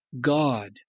God